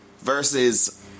versus